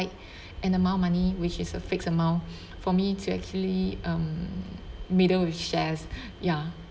an amount of money which is a fixed amount for me to actually um meddle with shares ya